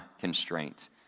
constraint